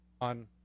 on